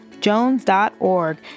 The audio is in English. jones.org